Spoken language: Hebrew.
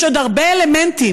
יש עוד הרבה אלמנטים,